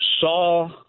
saw